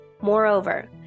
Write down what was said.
Moreover